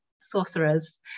sorcerers